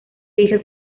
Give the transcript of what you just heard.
hijas